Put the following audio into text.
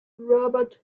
robert